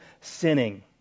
sinning